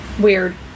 Weird